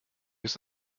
ist